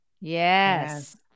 Yes